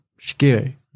scary